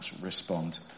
respond